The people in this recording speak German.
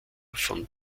von